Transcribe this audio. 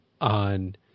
on